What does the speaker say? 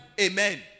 Amen